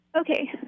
Okay